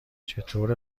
چطوره